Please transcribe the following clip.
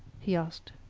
he asked.